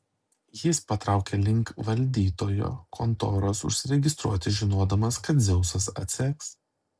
jis patraukė link valdytojo kontoros užsiregistruoti žinodamas kad dzeusas atseks